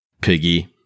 Piggy